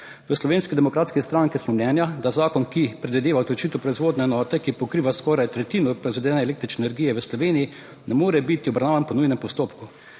V Slovenski demokratski stranki smo mnenja, da zakon, ki predvideva odločitev proizvodne enote, ki pokriva skoraj tretjino proizvedene električne energije v Sloveniji, ne more biti obravnavan po nujnem postopku.